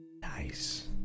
Nice